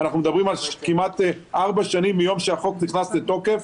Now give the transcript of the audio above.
אנחנו מדברים על כמעט ארבע שנים מיום שהחוק נכנס לתוקף,